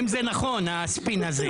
אם זה נכון הספין הזה...